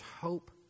hope